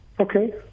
Okay